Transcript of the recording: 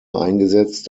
eingesetzt